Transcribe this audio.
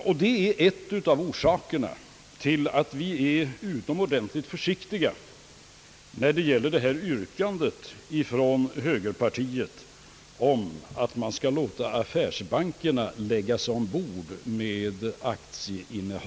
Dessa förhållanden har bidragit till att vi är utomordentligt försiktiga när det gäller högerpartiets yrkande att man skall låta affärsbankerna lägga sig ombord med aktieposter.